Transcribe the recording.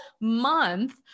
month